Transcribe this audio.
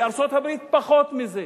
בארצות-הברית פחות מזה.